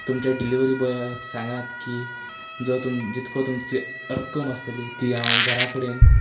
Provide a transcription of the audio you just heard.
तुमच्या डिलीवरी बॉयाक सांगात की जो तुम जितको तुमचे रक्कम आसतली ती हांव घरा कडेन